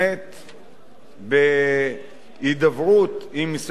בהידברות עם המשרד לשירותי דת